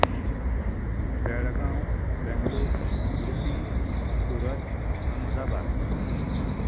Belgaum Bangalore Udupi Surat Ahmedabad